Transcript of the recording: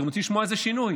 אתם רוצים לשמוע איזה שינוי?